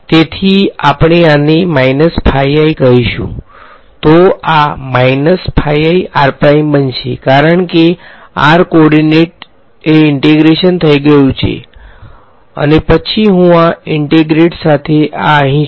તેથી આપણે આને કહીશું તો આ બનશે કારણ કે r કોઓર્ડિનેટ ઈંટેગ્રેશન થઈ ગયું છે અને પછી હું આ ઈંટેગ્રલ સાથે આ અહીં છું